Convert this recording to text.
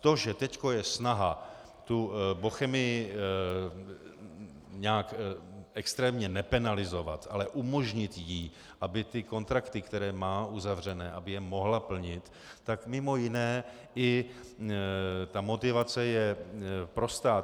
To, že teď je snaha tu Bochemii nějak extrémně nepenalizovat, ale umožnit jí, aby ty kontrakty, které má uzavřené, mohla plnit, tak mimo jiné i ta motivace je prostá.